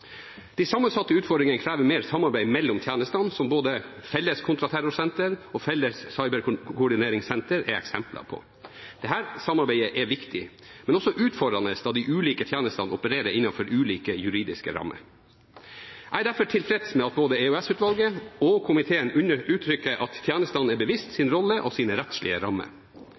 De sammensatte utfordringene krever mer samarbeid mellom tjenestene, som både felles kontraterrorsenter og felles cyberkoordineringssenter er eksempler på. Dette samarbeidet er viktig, men også utfordrende, da de ulike tjenestene opererer innenfor ulike juridiske rammer. Jeg er derfor tilfreds med at både EOS-utvalget og komiteen uttrykker at tjenestene er bevisst sin rolle og sine rettslige rammer.